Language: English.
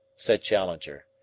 said challenger.